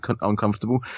uncomfortable